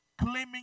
claiming